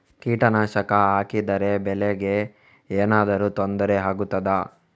ಕೀಟನಾಶಕ ಹಾಕಿದರೆ ಬೆಳೆಗೆ ಏನಾದರೂ ತೊಂದರೆ ಆಗುತ್ತದಾ?